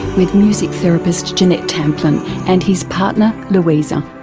with music therapist jeanette tamplin, and his partner louisa.